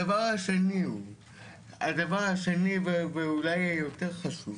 הדבר השני ואולי היותר חשוב: